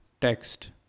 text